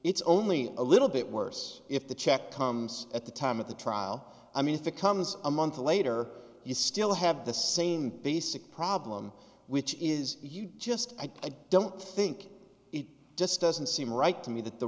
it's only a little bit worse if the check comes at the time of the trial i mean it becomes a month later you still have the same basic problem which is you just i don't think it just doesn't seem right to me that the